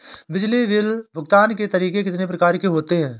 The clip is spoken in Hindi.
बिजली बिल भुगतान के तरीके कितनी प्रकार के होते हैं?